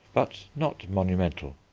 but not monumental.